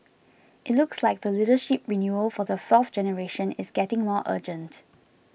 it looks like the leadership renewal for the fourth generation is getting more urgent